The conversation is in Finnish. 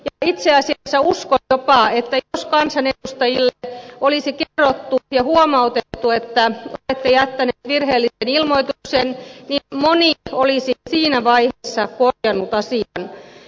itse asiassa uskon jopa että jos kansanedustajille olisi kerrottu ja huomautettu että olette jättäneet virheellisen ilmoituksen niin moni olisi siinä vaiheessa korjannut asian